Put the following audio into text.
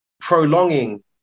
prolonging